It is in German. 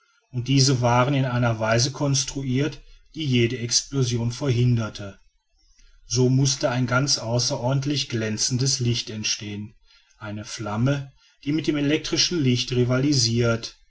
und diese waren in einer weise construirt die jede explosion verhinderte so mußte ein ganz außerordentlich glänzendes licht entstehen eine flamme die mit dem elektrischen licht rivalisirt